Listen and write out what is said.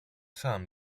sam